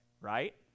right